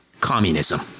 communism